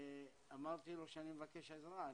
ואמרתי לו שאני מבקש עזרה.